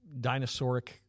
dinosauric